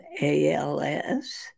ALS